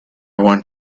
want